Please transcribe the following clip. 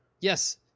yes